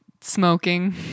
smoking